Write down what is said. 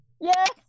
Yes